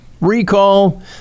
Recall